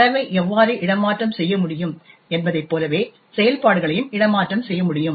தரவை எவ்வாறு இடமாற்றம் செய்ய முடியும் என்பதைப் போலவே செயல்பாடுகளையும் இடமாற்றம் செய்ய முடியும்